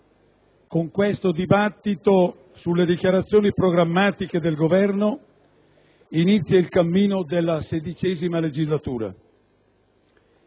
con questo dibattito sulle dichiarazioni programmatiche del Governo inizia il cammino della XVI legislatura.